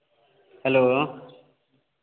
hello